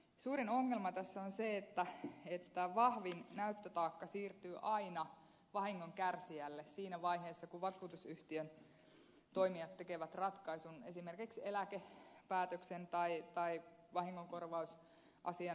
suurin ongelma tässä on se että vahvin näyttötaakka siirtyy aina vahingon kärsijälle siinä vaiheessa kun vakuutusyhtiön toimijat tekevät ratkaisun esimerkiksi eläkepäätöksen tai vahingonkorvausasian hylkäämisestä